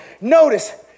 Notice